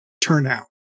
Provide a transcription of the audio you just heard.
turnout